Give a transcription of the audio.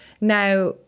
Now